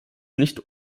nicht